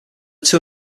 two